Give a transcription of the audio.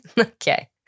Okay